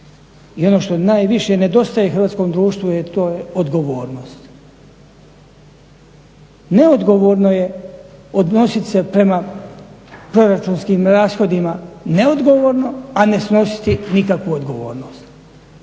i ono što najviše nedostaje hrvatskom društvu je odgovornost. Neodgovorno je odnositi se prema proračunskim rashodima neodgovorno, a ne snositi nikakvu odgovornost.